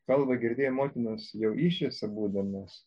kalbą girdėjai motinos jau įsčiose būdamas